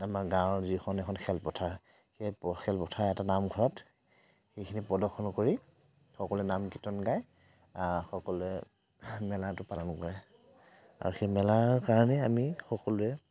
আমাৰ গাঁৱৰ যিখন এখন খেলপথাৰ সেই খেলপথাৰ এটা নামঘৰত সেইখিনি প্ৰদৰ্শন কৰি সকলোৱে নাম কীৰ্তন গাই সকলোৱে মেলাটো পালন কৰে আৰু সেই মেলাৰ কাৰণে আমি সকলোৱে